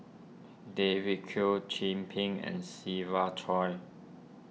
David Kwo Chin Peng and Siva Choy